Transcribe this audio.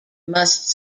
must